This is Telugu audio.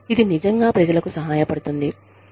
ఇది నిజంగా ప్రజలకు సహాయపడుతుంది